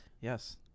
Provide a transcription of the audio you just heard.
Yes